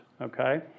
okay